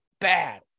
bad